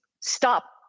stop